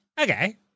okay